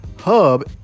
Hub